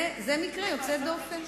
מה יוצא דופן?